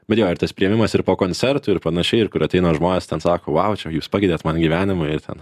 bet jo ir tas priėmimas ir po koncertų ir panašiai ir kur ateina žmonės ten sako vau čia jūs pakeitėt man gyvenimą ir ten